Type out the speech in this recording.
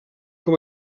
com